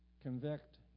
Convict